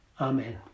Amen